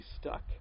stuck